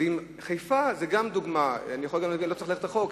חיפה היא גם דוגמה, לא צריך ללכת רחוק.